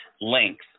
length